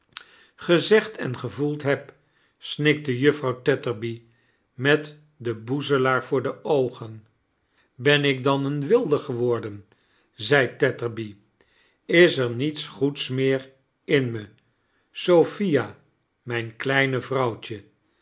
gezegd en gevoeld heb snikte juffrouw tetterby met den boezelaar voor de oogen ben ik dan een wilde geworden zei tetterby is er niets goeds meer in me sophia mijn kleine vrouwtje